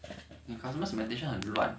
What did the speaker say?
your customer segmentation 很乱